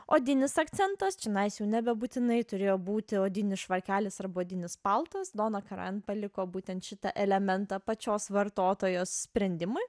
odinis akcentas čianais jau nebebūtinai turėjo būti odinis švarkelis arba odinis paltas dona karan paliko būtent šitą elementą pačios vartotojos sprendimui